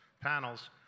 panels